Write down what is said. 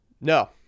no